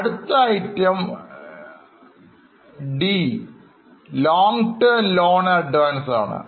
അടുത്ത item d long term loans and advanceആണ്